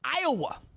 Iowa